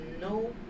no